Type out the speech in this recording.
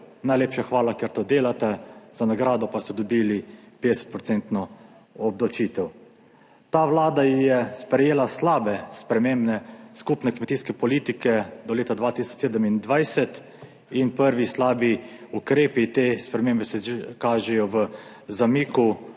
najlepša hvala ker to delate, za nagrado pa ste dobili 50 % obdavčitev. Ta Vlada je sprejela slabe spremembe skupne kmetijske politike do leta 2027 in prvi slabi ukrepi te spremembe se že kažejo v zamiku